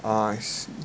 ah I see